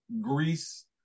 Greece